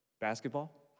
Basketball